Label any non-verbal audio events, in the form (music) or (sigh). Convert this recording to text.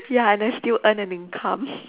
ya and then still earn an income (laughs)